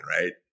right